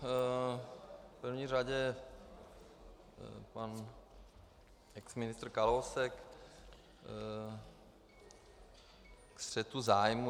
V první řadě pan exministr Kalousek ke střetu zájmů.